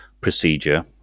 procedure